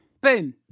Boom